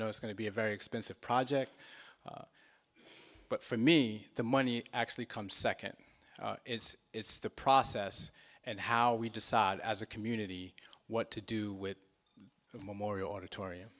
know it's going to be a very expensive project but for me the money actually comes second it's the process and how we decide as a community what to do with memorial auditorium